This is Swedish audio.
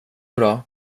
bra